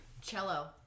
Cello